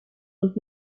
und